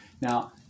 Now